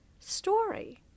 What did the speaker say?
story